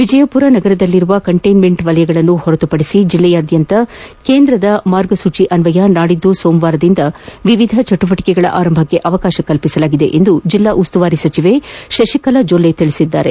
ವಿಜಯಪುರ ನಗರದಲ್ಲಿರುವ ಕಂಟೈನ್ಲೆಂಟ್ ವಲಯಗಳನ್ನು ಹೊರತುಪಡಿಸಿ ಜಿಲ್ಲೆಯಾದ್ಗಂತ ಕೇಂದ್ರದ ಮಾರ್ಗಸೂಚಿಯನ್ವಯ ನಾಡಿದ್ದು ಸೋಮವಾರದಿಂದ ವಿವಿಧ ಚಿಟುವಟಕೆಗಳ ಆರಂಭಕ್ಕೆ ಅವಕಾಶ ಕಲ್ಪಿಸಲಾಗಿದೆ ಎಂದು ಜೆಲ್ಲಾಉಸ್ತುವಾರಿ ಸಚಿವೆ ಶಶಿಕಲಾ ಜೊಲ್ಲೆ ತಿಳಿಸಿದ್ದಾರೆ